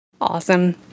Awesome